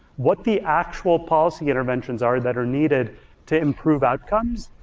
what the actual policy interventions are that are needed to improve outcomes.